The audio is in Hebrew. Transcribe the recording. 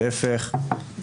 להיפך.